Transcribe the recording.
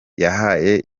yahaye